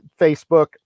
facebook